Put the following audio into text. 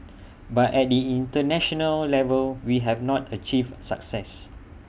but at the International level we have not achieved A success